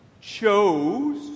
chose